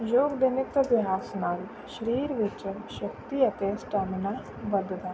ਯੋਗ ਦੇ ਨਿੱਤ ਅਭਿਆਸ ਨਾਲ ਸਰੀਰ ਵਿੱਚ ਸ਼ਕਤੀ ਅਤੇ ਸਟੈਮੀਨਾ ਵੱਧਦਾ ਹੈ